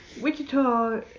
Wichita